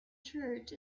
church